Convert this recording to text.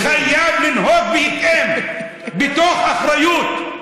חייב לנהוג בהתאם, מתוך אחריות.